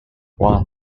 one